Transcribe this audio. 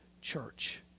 church